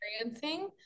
experiencing